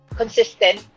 consistent